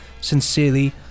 Sincerely